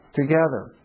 together